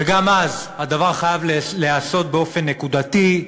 וגם אז הדבר חייב להיעשות באופן נקודתי,